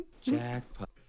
Jackpot